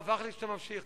רווח לי שאתה ממשיך,